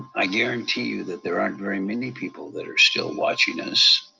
i guarantee you that there aren't very many people that are still watching us.